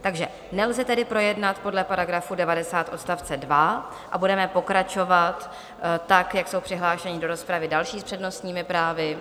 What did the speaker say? Takže nelze tedy projednat podle § 90 odst. 2 a budeme pokračovat tak, jak jsou přihlášeni do rozpravy další s přednostními právy.